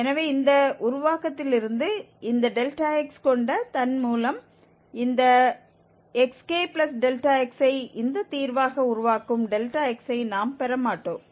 எனவே இந்த உருவாக்கத்திலிருந்து இந்த Δx கொண்டதன் மூலம் இந்த xk∆x ஐ இந்த தீர்வாக உருவாக்கும் Δx ஐ நாம் பெற மாட்டோம்